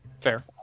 Fair